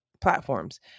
platforms